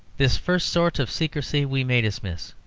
this first sort of secrecy we may dismiss,